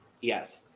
Yes